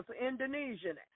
Indonesian